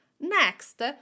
Next